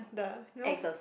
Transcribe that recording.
the you know